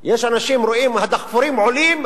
יש אנשים שרואים כשהדחפורים עולים,